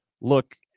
look